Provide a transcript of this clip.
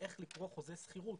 איך לקרוא חוזה שכירות.